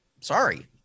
Sorry